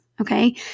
okay